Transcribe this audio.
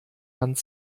hand